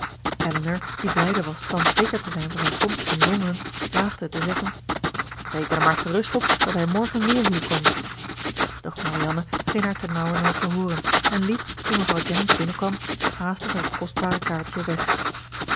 elinor die blijde was thans zeker te zijn van zijn komst in londen waagde het te zeggen reken er maar gerust op dat hij morgen weer hier komt doch marianne scheen haar ternauwernood te hooren en liep toen mevrouw jennings binnenkwam haastig met het kostbare kaartje weg